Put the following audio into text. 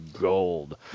gold